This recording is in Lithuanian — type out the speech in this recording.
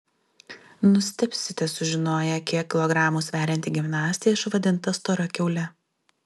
nustebsite sužinoję kiek kilogramų sverianti gimnastė išvadinta stora kiaule